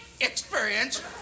experience